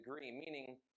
meaning